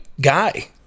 guy